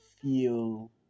feel